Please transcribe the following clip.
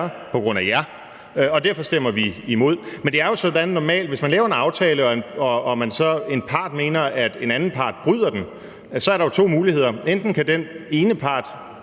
på grund af dem, og derfor stemmer vi imod. Men det er jo normalt sådan, at hvis man laver en aftale og en part mener, at den anden part bryder den, er der to muligheder: Enten kan den ene part